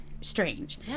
strange